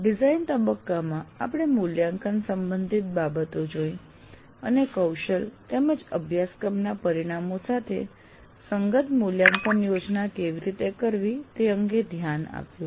design તબક્કામાં આપણે મૂલ્યાંકન સંબંધિત બાબતો જોઈ અને કૌશલ તેમજ અભ્યાસક્રમના પરિણામો સાથે સંગત મૂલ્યાંકન યોજના કેવી રીતે કરવી તે અંગે ધ્યાન આપ્યું